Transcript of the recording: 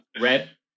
red